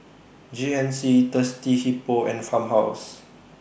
G N C Thirsty Hippo and Farmhouse